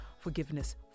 forgiveness